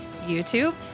YouTube